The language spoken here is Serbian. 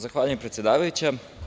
Zahvaljujem, predsedavajuća.